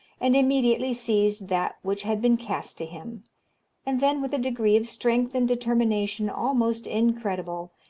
and immediately seized that which had been cast to him and then, with a degree of strength and determination almost incredible,